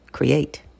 create